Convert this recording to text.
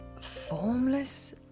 formless